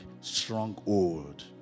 stronghold